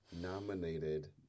nominated